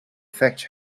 fetch